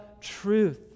truth